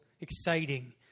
exciting